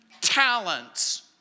talents